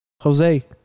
Jose